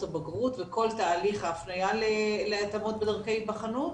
הבגרות וכל תהליך ההפניה להתאמות בדרכי היבחנות